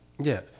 Yes